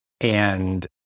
And-